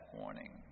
warning